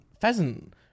pheasant